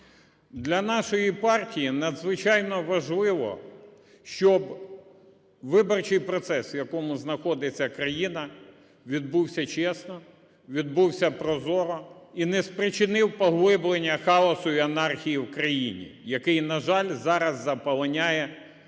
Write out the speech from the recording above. Для нашої партії надзвичайно важливо, щоб виборчий процес, в якому знаходиться країна, відбувся чесно, відбувся прозоро і не спричинив поглиблення хаосу і анархії в країні, який, на жаль, зараз заполоняє весь